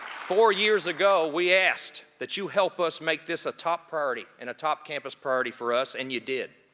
four years ago, we asked that you help us make this a top priority and a top campus priority for us, and you did.